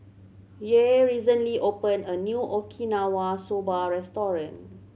Yair recently opened a new Okinawa Soba Restaurant